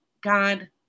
God